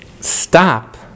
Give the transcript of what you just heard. stop